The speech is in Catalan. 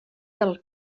del